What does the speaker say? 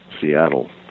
Seattle